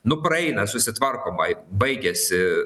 nu praeina susitvarkoma baigiasi